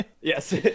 Yes